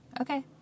Okay